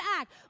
act